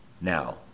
Now